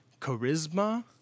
charisma